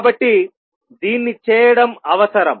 కాబట్టి దీన్ని చేయడం అవసరం